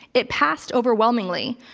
it passed overwhelmingly.